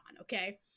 okay